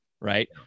right